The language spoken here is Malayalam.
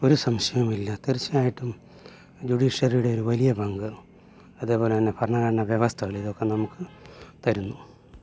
ഒരു സംശയമില്ല തീർച്ചയായിട്ടും ജുഡീഷ്യറിയുടെ ഒരു വലിയ പങ്ക് അതേപോലെ തന്നെ ഭരണഘടന വ്യവസ്ഥകള ഇതൊക്കെ നമുക്ക് തരുന്നു